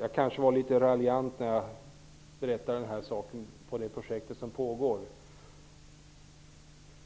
Jag kanske var litet raljant när jag berättade om det projekt som pågår.